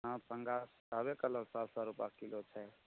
हँ पंगास कहबे कयलहुँ सात सए रूपा किलो छै